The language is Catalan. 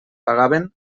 pagaven